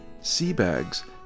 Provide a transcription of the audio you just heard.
Seabags